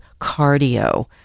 cardio